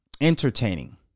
entertaining